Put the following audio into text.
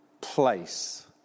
place